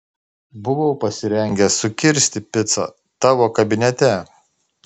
buvau pasirengęs sukirsti picą tavo kabinete